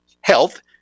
health